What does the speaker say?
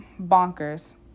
bonkers